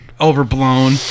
Overblown